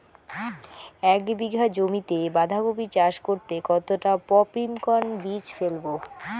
এক বিঘা জমিতে বাধাকপি চাষ করতে কতটা পপ্রীমকন বীজ ফেলবো?